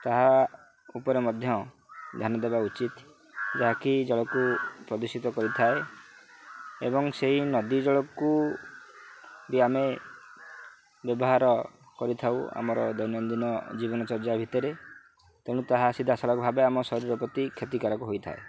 ତାହା ଉପରେ ମଧ୍ୟ ଧ୍ୟାନ ଦେବା ଉଚିତ ଯାହାକି ଜଳକୁ ପ୍ରଦୂଷିତ କରିଥାଏ ଏବଂ ସେଇ ନଦୀ ଜଳକୁ ବି ଆମେ ବ୍ୟବହାର କରିଥାଉ ଆମର ଦୈନନ୍ଦିନ ଜୀବନଚର୍ଯ୍ୟା ଭିତରେ ତେଣୁ ତାହା ସିଧାସଳଖ ଭାବେ ଆମ ଶରୀର ପ୍ରତି କ୍ଷତିକାରକ ହୋଇଥାଏ